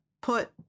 put